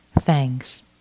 Thanks